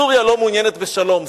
סוריה לא מעוניינת בשלום,